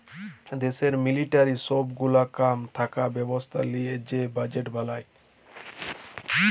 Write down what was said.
দ্যাশের মিলিটারির সব গুলা কাম থাকা ব্যবস্থা লিয়ে যে বাজেট বলায়